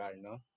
¿no